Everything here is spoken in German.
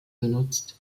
benutzt